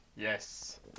Yes